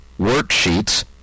worksheets